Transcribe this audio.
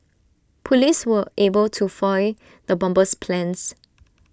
Police were able to foil the bomber's plans